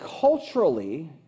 culturally